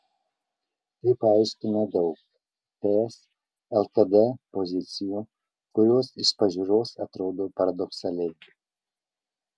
tai paaiškina daug ts lkd pozicijų kurios iš pažiūros atrodo paradoksaliai